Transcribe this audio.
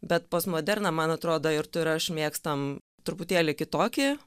bet postmoderną man atrodo ir tu ir aš mėgstam truputėlį kitokį